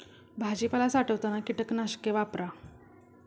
भाजीपाला साठवताना कीटकनाशके वापरा